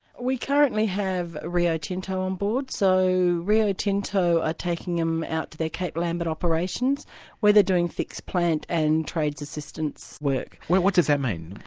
we currently have rio tinto on board, so rio tinto are taking them out to their cape lambert operations where they're doing fixed-plant and trades assistance work. what does that mean?